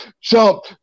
Jump